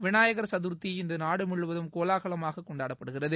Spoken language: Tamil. விநாயகர் சதுர்த்தி இன்று நாடு முழுவதும் கோலாகலமாக கொண்டாடப்படுகிறது